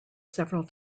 several